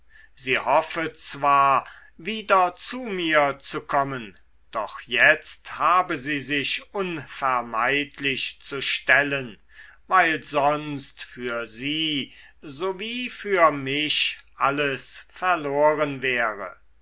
sie hoffe zwar wieder zu mir zu kommen doch jetzt habe sie sich unvermeidlich zu stellen weil sonst für sie so wie für mich alles verloren wäre